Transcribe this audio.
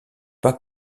pas